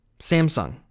Samsung